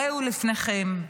הריהו לפניכם.